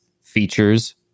features